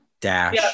Dash